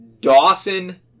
Dawson